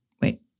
wait